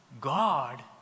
God